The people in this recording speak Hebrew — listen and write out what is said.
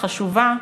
חשובה,